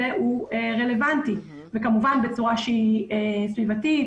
הוא רלוונטי וכמובן בצורה שהיא סביבתית,